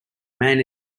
man